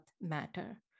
matter